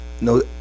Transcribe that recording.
no